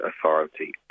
authority